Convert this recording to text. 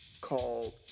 called